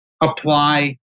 apply